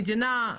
המדינה,